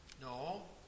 No